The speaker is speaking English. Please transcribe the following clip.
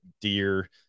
deer